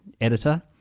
Editor